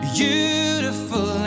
beautiful